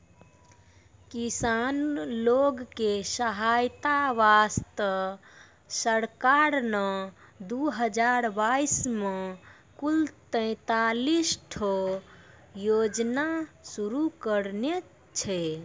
किसान लोग के सहायता वास्तॅ सरकार नॅ दू हजार बाइस मॅ कुल तेतालिस ठो योजना शुरू करने छै